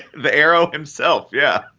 the arrow himself. yeah.